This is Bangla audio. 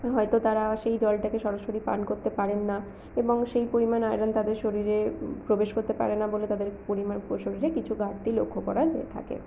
হয়তো তারা সেই জলটাকে সরাসরি পান করতে পারেন না এবং সেই পরিমাণ আয়রন তাদের শরীরে প্রবেশ করতে পারে না বলে তাদের শরীরে কিছু ঘাটতি লক্ষ্য করা গিয়ে থাকে